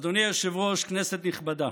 אדוני היושב-ראש, כנסת נכבדה,